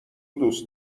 دوست